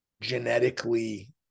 genetically